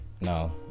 No